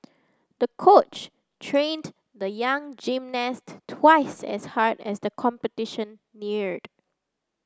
the coach trained the young gymnast twice as hard as the competition neared